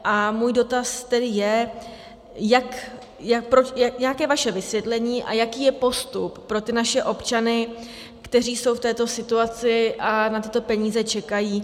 A můj dotaz tedy je, jaké je vaše vysvětlení a jaký je postup pro ty naše občany, kteří jsou v této situaci a na tyto peníze čekají.